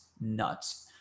nuts